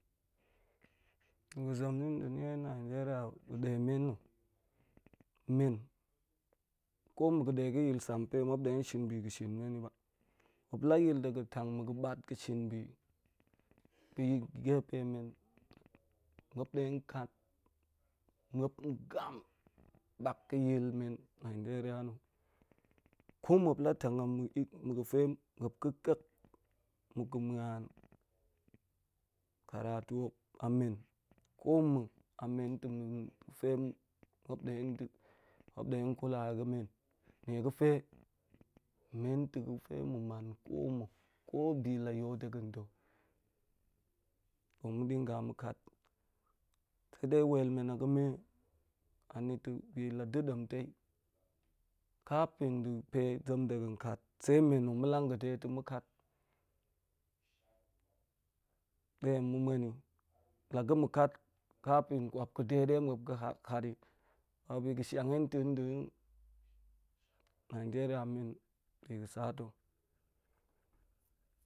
Bi ga̱ zem na̱ nda̱ nnie nigeria mmin-ko mma̱ ga̱ zem ga̱ yil ga̱sampe muop den shinshiel ni ba, muep la yil de ga̱n tang ma̱ ga̱ batga̱ shin bi, di gepe men muop ngan bak ga̱ yilmen nigeria ko muop la̱ tang amma̱ ma̱ ga̱fe muap ga̱ kek, muk ga̱ muan karatu ammen ta̱ ma̱ ga̱ pe muel den nkulai ga̱mmen, mega̱fe men ta̱ ga̱fe ma̱ man komma̱, bi la yol denda̱ nkat wel men aga̱me anita̱ tong da̱ demtei, kapin da̱pe zemde ga̱nkat sei la̱ ma̱ langa̱ de ta̱ ma̱ kat de ma̱ muen i la̱ da̱ ma̱ kat de muop ga̱ kat i oh to bi ga̱shiong hen ta̱ ga̱ nigeria men biga̱sata̱.